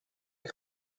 eich